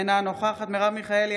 אינה נוכחת מרב מיכאלי,